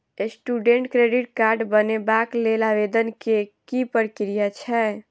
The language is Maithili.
स्टूडेंट क्रेडिट कार्ड बनेबाक लेल आवेदन केँ की प्रक्रिया छै?